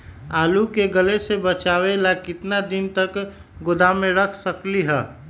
आलू के गले से बचाबे ला कितना दिन तक गोदाम में रख सकली ह?